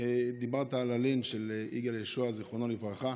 דיברת על הלינץ' של יגאל יהושע, זיכרונו לברכה.